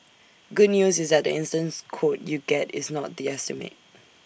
good news is that the instant quote you get is not the estimate